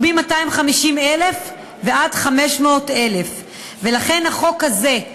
מ-250,000 ועד 500,000. לכן החוק הזה,